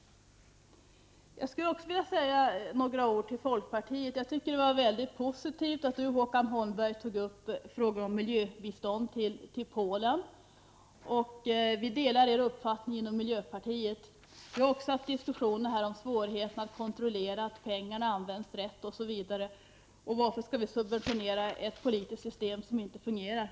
Jag skulle också vilja säga några ord till folkpartiet. Det var mycket positivt att Håkan Holmberg tog upp frågan om miljöbistånd till Polen. Inom miljöpartiet delar vi er uppfattning. Vi har också haft diskussioner här om svårigheterna att kontrollera att pengarna används rätt osv. Man har frågat sig varför vi skall subventionera ett politiskt system som inte fungerar.